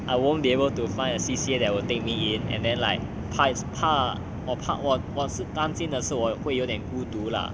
I won't be able to find a C_C_A that will take me in and then like 怕怕我怕我我是担心的事我会有点孤独 lah